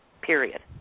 Period